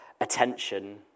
attention